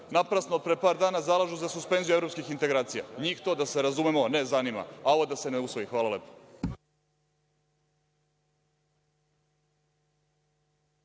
naprasno, pre par dana zalažu za suspenziju evropskih integracija. NJih to, da se razumemo, ne zanima. A ovo da se ne usvoji. Hvala lepo.